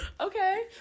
Okay